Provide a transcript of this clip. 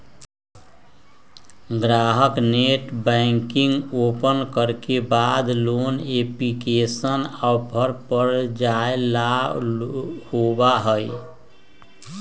ग्राहक net banking open करे के बाद लोन एप्लीकेशन ऑप्शन पर जाय ला होबा हई